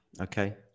Okay